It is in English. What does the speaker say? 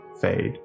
fade